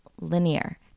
linear